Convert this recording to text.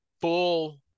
Full